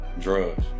drugs